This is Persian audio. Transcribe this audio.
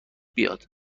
بیاد